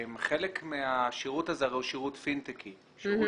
חלק מהשירות הזה הוא שירות פינטקי, שירות